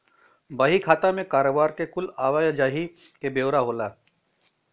बही खाता मे कारोबार के कुल आवा जाही के ब्योरा होला